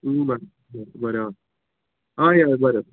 बरें बरें आं हय हय बरें